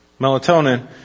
melatonin